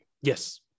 Yes